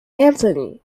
anthony